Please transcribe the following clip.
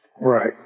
right